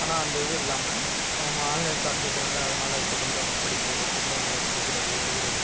ஆனால் அந்த இது இல்லாமல் அவங்க ஆன்லைன் க்ளாஸ் எடுக்கிறனால அதனால் தொடர்ந்து அவங்க படிக்கிறது புத்தகங்களை படிக்கிறது எழுதுறது